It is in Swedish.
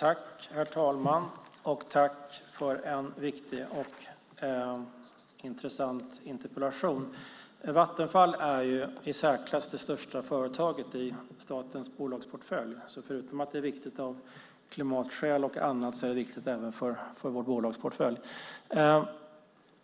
Herr talman! Tack för en viktig och intressant interpellation! Vattenfall är det i särklass största företaget i statens bolagsportfölj. Förutom att det är viktigt av klimatskäl och annat är det viktigt även för vår bolagsportfölj.